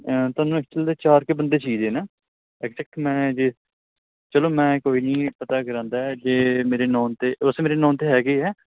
ਤੁਹਾਨੂੰ ਐਕਚੁਅਲ ਦੇ ਚਾਰ ਕੁ ਬੰਦੇ ਚਾਹੀਦੇ ਨਾ ਐਗਜੈਕਟ ਮੈਂ ਜੇ ਚਲੋ ਮੈਂ ਕੋਈ ਨਹੀਂ ਪਤਾ ਕਰਵਾਉਂਦਾ ਜੇ ਮੇਰੇ ਨੋਨ ਤਾਂ ਵੈਸੇ ਮੇਰੇ ਨੋਨ ਤਾਂ ਹੈਗੇ ਹੈ ਹਾਂਜੀ